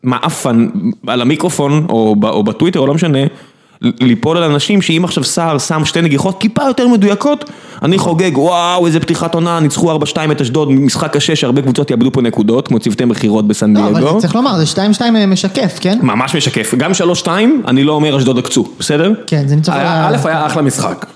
מעאפן, על המיקרופון, או בטוויטר, או לא משנה, ליפול על אנשים שאם עכשיו סער שם שתי נגיחות טיפה יותר מדויקות, אני חוגג, וואו איזה פתיחת עונה, ניצחו 4-2 את אשדוד, משחק קשה, שהרבה קבוצות יאבדו פה נקודות, כמו צוותי מכירות בסן דיאגו. לא, אבל צריך לומר, זה 2-2 משקף, כן? ממש משקף, גם 3-2, אני לא אומר אשדוד עקצו, בסדר? כן, זה ניצח... אלף, היה אחלה משחק.